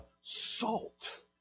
salt